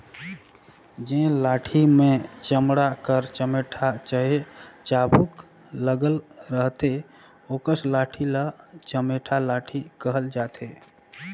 जेन लाठी मे चमड़ा कर चमेटा चहे चाबूक लगल रहथे ओकस लाठी ल चमेटा लाठी कहल जाथे